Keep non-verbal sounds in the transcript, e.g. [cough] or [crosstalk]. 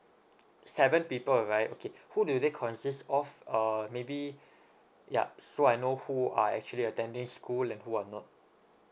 seven people right okay who do they consists of uh maybe [breath] yup so I know who are actually attending school and who are not